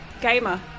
Gamer